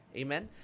amen